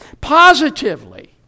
Positively